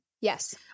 Yes